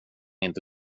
inte